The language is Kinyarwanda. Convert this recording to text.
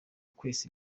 kwesa